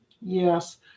Yes